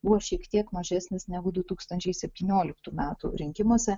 buvo šiek tiek mažesnis negu du tūkstančiai septynioliktų metų rinkimuose